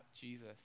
Jesus